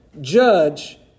judge